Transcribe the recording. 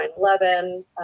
9-11